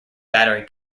battery